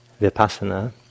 vipassana